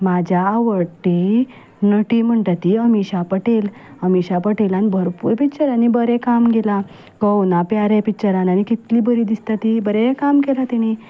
म्हज्या आवडटी नटी म्हणटा ती अमिषा पटेल अमिषा पटेलान भरपूर पिच्चरांनी बरें काम केलां कहो ना प्यार है पिच्चरान आनी कितली बरी दिसता ती बरें काम केलां ताणी